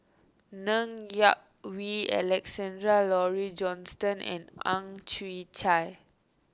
Ng Yak Whee Alexander Laurie Johnston and Ang Chwee Chai